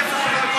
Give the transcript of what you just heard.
זה לא פייר, אדוני.